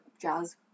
jazz